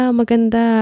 maganda